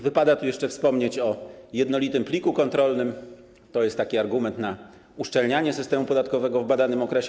Wypada tu jeszcze wspomnieć o jednolitym pliku kontrolnym, to jest taki argument na rzecz uszczelniania systemu podatkowego w badanym okresie.